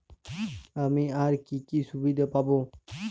আমি আর কি কি সুবিধা পাব?